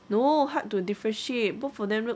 no hard to differentiate both of them look